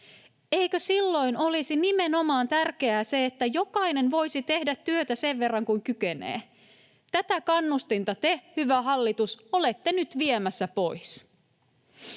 Eikö silloin olisi nimenomaan tärkeää, että jokainen voisi tehdä työtä sen verran kuin kykenee? Tätä kannustinta te, hyvä hallitus, olette nyt viemässä pois.